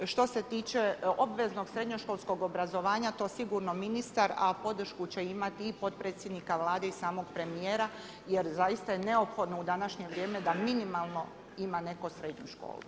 Što se tiče obveznog srednjoškolskog obrazovanja to sigurno ministar, a podršku će imati i potpredsjednika Vlade i samog premijera jer zaista je neophodno u današnje vrijeme da minimalno ima neko srednju školu.